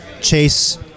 chase